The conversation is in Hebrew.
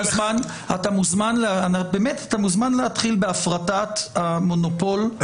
באמת אתה מוזמן להתחיל בהפרטת המונופול,